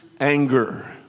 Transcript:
anger